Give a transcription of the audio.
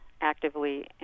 actively